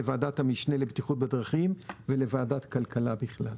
לוועדת המשנה לבטיחות בדרכים בפרט ולוועדת כלכלה בכלל.